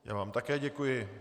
Já vám také děkuji.